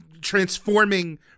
transforming